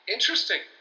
Interesting